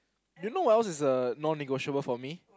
you know what else is a non negotiable for me